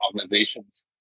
organizations